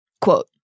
Quote